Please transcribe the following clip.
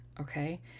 okay